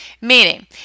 Meaning